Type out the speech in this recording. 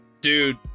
Dude